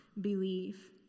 believe